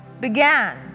began